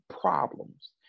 problems